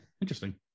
interesting